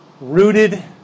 Rooted